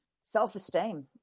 Self-esteem